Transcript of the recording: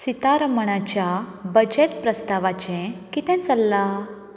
सितारमणाच्या budget प्रस्तावाचें कितें चल्लां